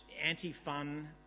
anti-fun